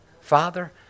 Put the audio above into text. Father